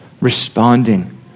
responding